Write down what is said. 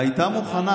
והיא הייתה מוכנה,